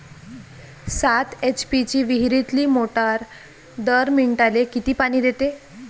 सात एच.पी ची विहिरीतली मोटार दर मिनटाले किती पानी देते?